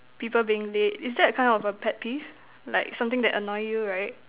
people being late is that a kind of a pet peeve like something that annoy you right